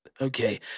Okay